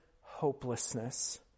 hopelessness